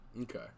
Okay